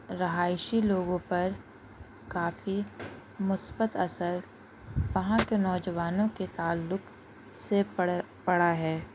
رہائشی لوگوں پر کافی مثبت اثر وہاں کے نوجوانوں کے تعلق سے پڑ پڑا ہے